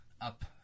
up